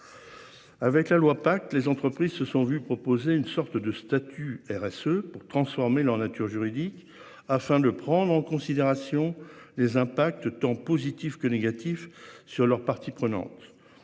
Avec la loi pacte les entreprises se sont vu proposer une sorte de statut RSE pour transformer leur nature juridique afin de prendre en considération les impacts tant positifs que négatifs sur leur partie prenante.